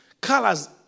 colors